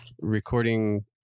recording